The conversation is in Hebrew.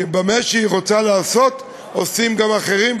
כי מה שהיא רוצה לעשות עושים גם אחרים,